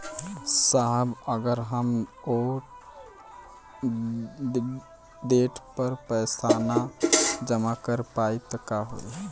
साहब अगर हम ओ देट पर पैसाना जमा कर पाइब त का होइ?